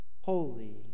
Holy